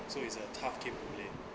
so it's a tough game to play